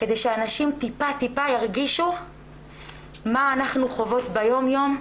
כדי שאנשים טיפה טיפה ירגישו מה אנחנו חוות ביום-יום,